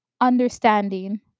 understanding